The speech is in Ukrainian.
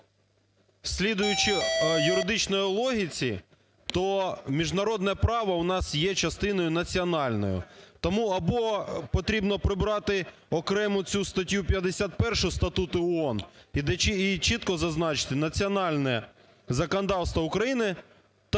слідуючи юридичній логіці, то міжнародне право у нас є частиною національною. Тому або потрібно прибрати окремо цю статтю 51 статуту ООН і чітко зазначити, національне законодавство України